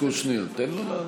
חבר הכנסת קושניר, תן לו לענות.